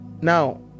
now